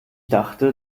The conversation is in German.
dachte